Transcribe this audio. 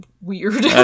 weird